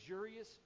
Luxurious